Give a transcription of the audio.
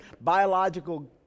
biological